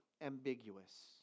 ambiguous